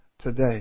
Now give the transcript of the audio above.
today